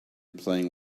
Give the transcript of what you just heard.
playing